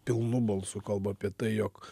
pilnu balsu kalba apie tai jog